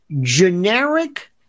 generic